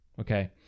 okay